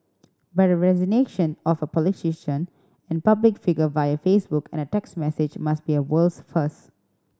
but a resignation of a politician and public figure via Facebook and a text message must be a world's first